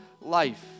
life